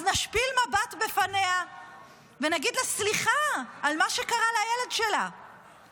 אז נשפיל מבט בפניה ונגיד לה סליחה על מה שקרה לילד שלה,